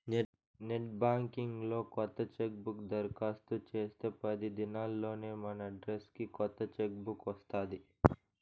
net banking లో కొత్త chequebook దరకాస్తు చేస్తే పది దినాల్లోనే మనడ్రస్కి కొత్త చెక్ బుక్ వస్తాది